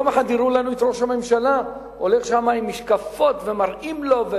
יום אחד הראו לנו את ראש הממשלה הולך שם עם משקפות ומראים לו.